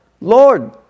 Lord